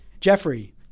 Jeffrey